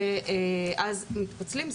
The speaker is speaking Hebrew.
ואז מתפצלים.